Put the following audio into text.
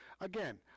Again